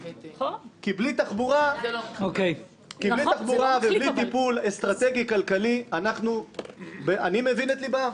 בלי תחבורה ובלי טיפול אסטרטגי כלכלי אני מבין ללבם.